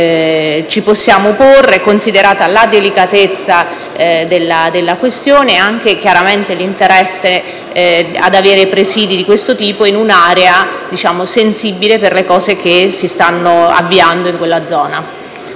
ci possiamo porre, considerata la delicatezza della questione e anche l'interesse ad avere presidi di questo tipo in un'area sensibile per i progetti che si stanno avviando in quella zona.